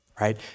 right